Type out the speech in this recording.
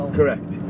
Correct